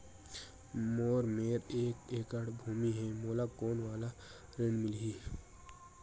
मोर मेर एक एकड़ भुमि हे मोला कोन वाला ऋण मिलही?